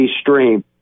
stream